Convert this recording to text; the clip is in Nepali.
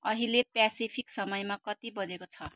अहिले प्यासिफिक समयमा कति बजेको छ